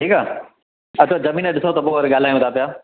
ठीकु आहे अचो ज़मीन ॾिसो त पोइ वरी ॻाल्हायूं था पिया